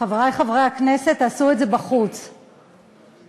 חברי חברי הכנסת, תעשו את זה בחוץ, תודה,